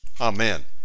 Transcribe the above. Amen